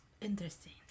Interesting